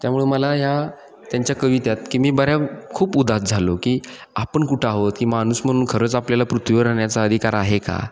त्यामुळं मला या त्यांच्या कवितेत की मी बऱ्या खूप उदास झालो की आपण कुठं आहोत की माणूस म्हणून खरंच आपल्याला पृथ्वीवर राहण्याचा अधिकार आहे का